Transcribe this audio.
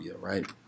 right